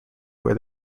where